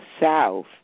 south